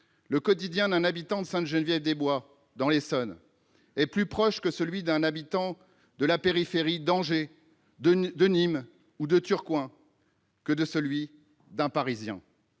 Le quotidien d'un habitant de Sainte-Geneviève-des-Bois, dans l'Essonne, est plus proche de celui d'un habitant de la périphérie d'Angers, de Nîmes, ou de Tourcoing, que de celui d'un Parisien.